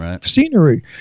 scenery